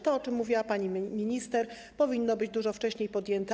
To, o czym mówiła pani minister, powinno być dużo wcześniej podjęte.